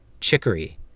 chicory